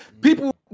people